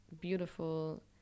beautiful